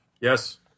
Yes